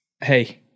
Hey